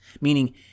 meaning